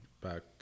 back